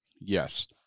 Yes